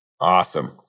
Awesome